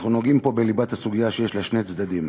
אנחנו נוגעים פה בליבת הסוגיה שיש לה שני צדדים,